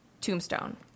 Tombstone